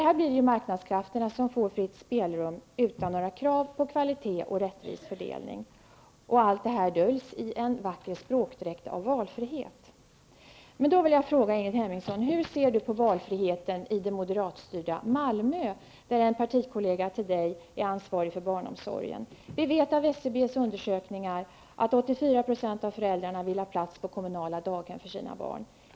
Här får marknadskrafterna fritt spelrum, utan några krav på kvalitet och rättvis fördelning. Och allt det här döljs i en vacker språkdräkt av valfrihet. Jag vill fråga Ingrid Hemmingsson hur hon ser på valfriheten i det moderatstyrda Malmö, där en av hennes partikolleger är ansvarig för barnomsorgen. Vi vet av SCBs undersökningar att 84 % av föräldrarna vill ha plats på kommunala daghem för sina barn.